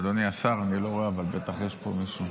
אדוני השר, אני לא רואה, אבל בטח יש פה מישהו.